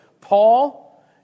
Paul